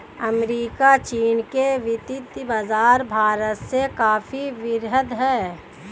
America चीन के वित्तीय बाज़ार भारत से काफी वृहद हैं